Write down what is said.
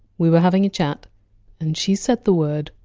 we were having a chat and she said the word!